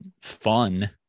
fun